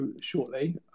shortly